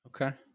Okay